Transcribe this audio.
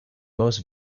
most